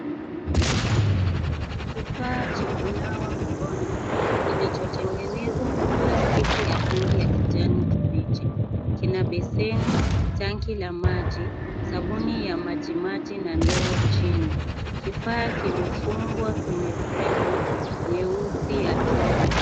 Kifaa cha kunawa mikono, kilicho tengenezwa kwa plastiki ya rangi ya kijani kibichi. Kina beseni, tanki la maji, sabuni ya maji maji na ndoo chini. Kifaa kimefungwa kwenye fremu nyeusi ya chuma.